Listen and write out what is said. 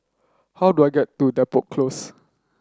how do I get to Depot Close